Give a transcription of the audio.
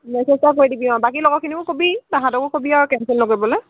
message এটা কৰি দিবি অঁ বাকী লগৰখিনিকো ক'বি তাহাঁতকো ক'বি আৰু কেঞ্চেল নকৰিবলৈ